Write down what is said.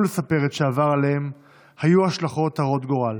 לספר את שעבר עליהם היו השלכות הרות גורל: